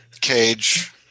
cage